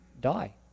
die